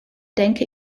denke